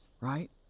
Right